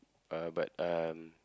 uh but uh